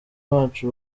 bacu